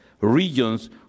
regions